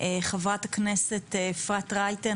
חברת הכנסת אפרת רייטן,